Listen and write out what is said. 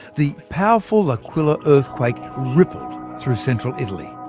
the powerful l'aquila earthquake rippled through central italy.